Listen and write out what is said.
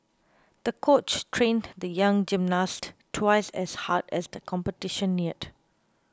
the coach trained the young gymnast twice as hard as the competition neared